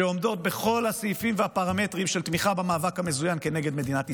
שעומדות בכל הסעיפים והפרמטרים של תמיכה במאבק המזוין כנגד מדינת ישראל.